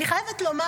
אני חייבת לומר,